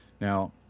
Now